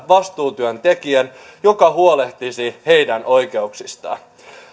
vastuutyöntekijän joka huolehtisi heidän oikeuksistaan